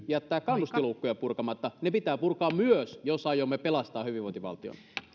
jättää kannustinloukkuja purkamatta ne pitää purkaa myös jos aiomme pelastaa hyvinvointivaltion